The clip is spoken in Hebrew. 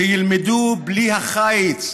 שילמדו בלי החיץ,